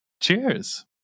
cheers